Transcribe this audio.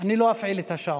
אני לא אפעיל את השעון,